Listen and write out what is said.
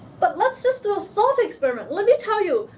but let's just do a thought experiment. let me tell you,